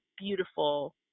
beautiful